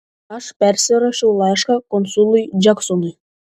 aš persirašiau laišką konsului džeksonui